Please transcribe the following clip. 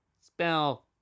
spell